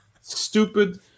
Stupid